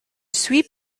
suis